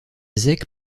zec